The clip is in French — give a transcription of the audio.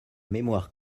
mémoire